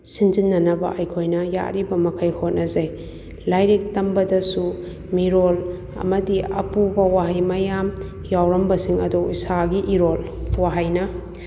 ꯁꯤꯟꯖꯤꯟꯅꯅꯕ ꯑꯩꯈꯣꯏꯅ ꯌꯥꯔꯤꯕꯃꯈꯩ ꯍꯣꯠꯅꯖꯩ ꯂꯥꯏꯔꯤꯛ ꯇꯝꯕꯗꯁꯨ ꯃꯤꯔꯣꯜ ꯑꯃꯗꯤ ꯑꯄꯨꯕ ꯋꯥꯍꯩ ꯃꯌꯥꯝ ꯌꯥꯎꯔꯝꯕꯁꯤꯡ ꯑꯗꯣ ꯏꯁꯥꯒꯤ ꯏꯔꯣꯜ ꯋꯥꯍꯩꯅ